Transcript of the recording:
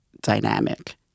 dynamic